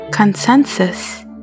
Consensus